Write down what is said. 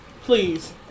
please